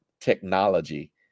technology